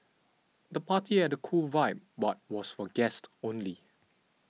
the party had a cool vibe but was for guests only